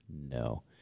No